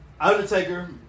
Undertaker